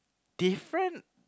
different